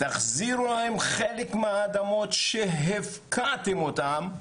תחזירו להם חלק מהאדמות שהפקעתם אותם,